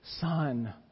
Son